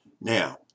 Now